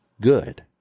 good